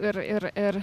ir ir ir